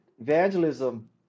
evangelism